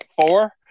four